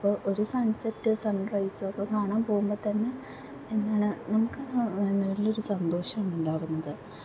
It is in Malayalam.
അപ്പോൾ ഒരു സൺസെറ്റ് സൺറൈസ് ഒക്കെ കാണാൻ പോകുമ്പോൾ തന്നെ എന്താണ് നമുക്ക് വലിയൊരു സന്തോഷം ഉണ്ടാകുന്നുണ്ട്